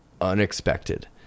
unexpected